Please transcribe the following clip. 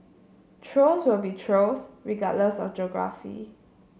trolls will be trolls regardless of geography